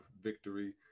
victory